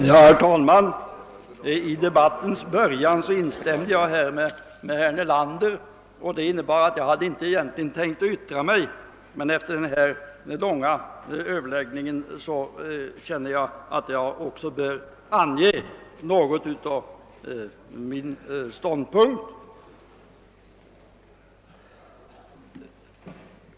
Herr talman! I debattens början instämde jag med herr Nelander och hade därför egentligen inte tänkt yttra mig, men efter den här långa överläggningen anser jag mig något böra redogöra för min ståndpunkt.